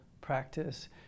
practice